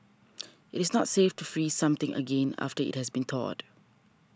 it is not safe to freeze something again after it has been thawed